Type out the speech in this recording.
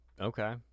Okay